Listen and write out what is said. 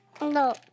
No